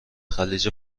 خلیج